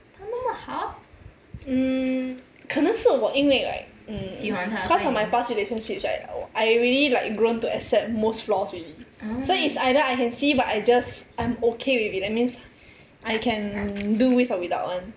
mm 可能是我因为 right because of my past relationships right I really like grown to accept most flaws already so it's either I can see but I just I'm okay with it that means I can do with or without one